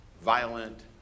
violent